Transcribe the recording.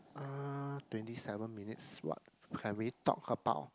uh twenty seven minutes what can we talk about